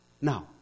Now